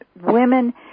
women